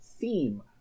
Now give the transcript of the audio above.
theme